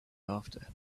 after